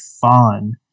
fun